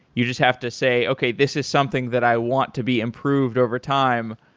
you just have to say, okay, this is something that i want to be improved overtime.